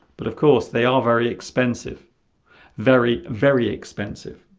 but of course they are very expensive very very expensive